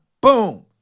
boom